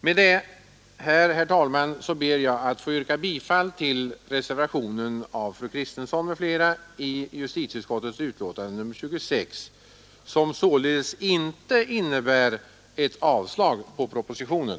Med detta, herr talman, ber jag att få yrka bifall till den av fru Kristensson m.fl. avgivna reservationen, som således inte innebär ett avslag på propositionen.